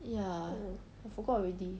ya I forgot already